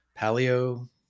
paleo